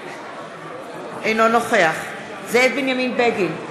אינו נוכח זאב בנימין בגין,